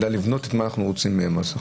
נדע לבנות את מה שאנחנו רוצים מהם.